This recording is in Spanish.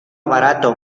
barato